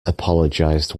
apologized